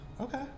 Okay